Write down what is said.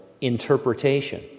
interpretation